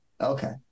Okay